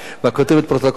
כותבת הפרוטוקול,